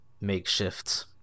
makeshift